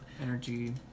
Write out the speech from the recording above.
energy